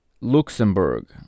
Luxembourg